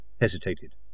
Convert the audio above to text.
hesitated